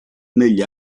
negli